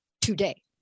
today